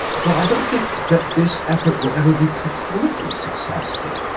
but i don't think that this effort will ever be completely successful.